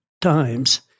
times